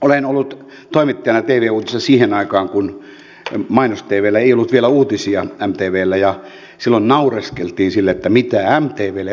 olen ollut toimittajana tv uutisissa siihen aikaan kun mainos tvllä ei ollut vielä uutisia mtvllä ja silloin naureskeltiin sille että mitä mtvlle uutiset